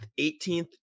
18th